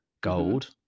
gold